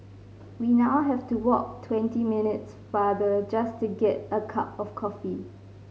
we now have to walk twenty minutes farther just to get a cup of coffee